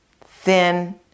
thin